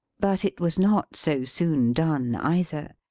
but it was not so soon done, either.